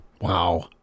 wow